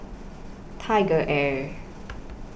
TigerAir